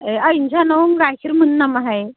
ए ओइ नोंसानाव गाइखेर मोनो नामाहाय